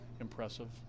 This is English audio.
impressive